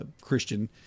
Christian